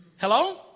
Hello